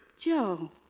Joe